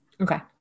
Okay